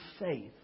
faith